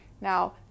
Now